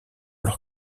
leur